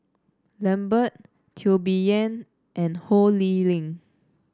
Lambert Teo Bee Yen and Ho Lee Ling